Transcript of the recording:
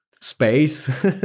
space